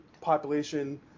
population